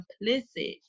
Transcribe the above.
implicit